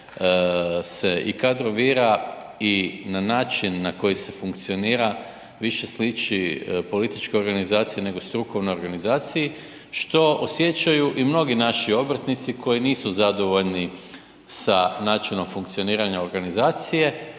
se i kadrovira i na način na koji se funkcionira više sliči političkoj organizaciji nego strukovnoj organizaciji što osjećaju i mnogi naši obrtnici koji nisu zadovoljni sa načinom funkcioniranja organizacije,